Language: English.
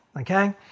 okay